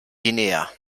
guinea